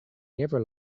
never